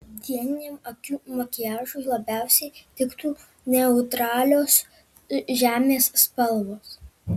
dieniniam akių makiažui labiausiai tiktų neutralios žemės spalvos